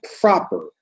proper